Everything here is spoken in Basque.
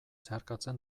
zeharkatzen